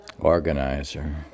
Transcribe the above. Organizer